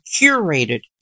curated